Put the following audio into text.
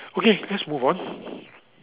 okay let's move on